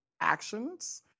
actions